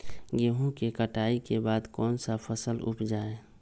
गेंहू के कटाई के बाद कौन सा फसल उप जाए?